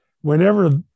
whenever